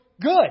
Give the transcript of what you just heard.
good